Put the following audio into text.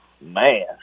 Man